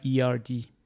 ERD